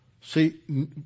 See